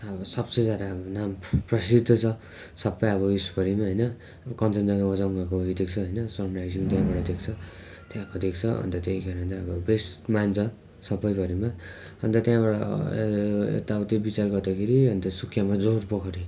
अब सबसे ज्यादा हाम्रो नाम प्रसिद्ध छ सबै अब उयेसभरिमा होइन कञ्जनजङ्घामा जङ्गाको उयो देख्छ होइन सनराइज उताबाट देख्छ त्यहाँको देख्छ अन्त त्यही कारण चाहिँ अब बेस्ट मान्छ सबैभरिमा अन्त त्यहाँबाट यताउति विचार गर्दाखेरि अनि सुखियामा जोरपोखरी